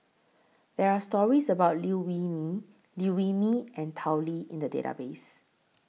There Are stories about Liew Wee Mee Liew Wee Mee and Tao Li in The Database